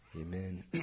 Amen